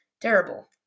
terrible